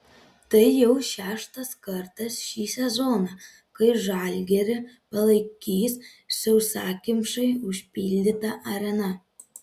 tai jau šeštas kartas šį sezoną kai žalgirį palaikys sausakimšai užpildyta arena